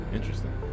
Interesting